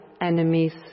enemies